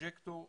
פרוז'קטור אדום,